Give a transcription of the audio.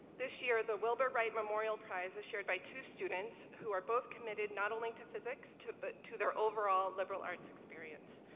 this year the wilbur wright memorial prize is shared by two students who are both committed, not only to physics, but to their overall liberal arts experience.